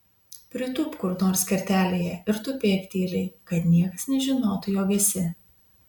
pritūpk kur nors kertelėje ir tupėk tyliai kad niekas nežinotų jog esi